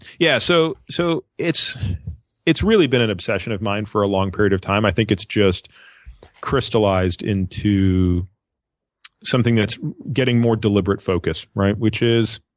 yeah, so so it's it's really been an obsession of mine for a long period of time. i think it's just crystalized into something that's getting more deliberate focus, which is